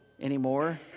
anymore